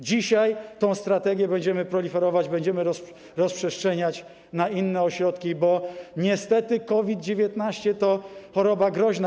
Dzisiaj tę strategię będziemy proliferować, będziemy rozprzestrzeniać na inne ośrodki, bo niestety COVID-19 to choroba groźna.